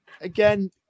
Again